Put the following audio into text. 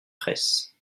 fraysse